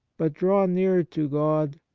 but drawn nearer to god,